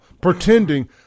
pretending